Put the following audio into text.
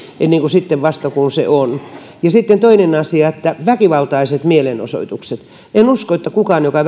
ennen kuin sitten vasta kun se on ja sitten toinen asia väkivaltaiset mielenosoitukset en usko että kukaan joka